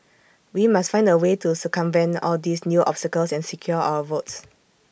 we must find A way to circumvent all these new obstacles and secure our votes